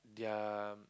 their